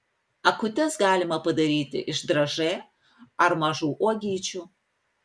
akutes galima padaryti iš dražė ar mažų uogyčių